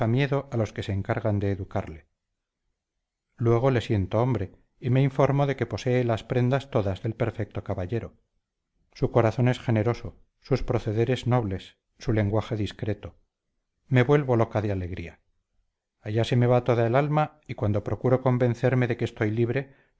miedo a los que se encargan de educarle luego le siento hombre y me informo de que posee las prendas todas del perfecto caballero su corazón es generoso sus procederes nobles su lenguaje discreto me vuelvo loca de alegría allá se me va toda el alma y cuando procuro convencerme de que estoy libre